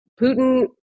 Putin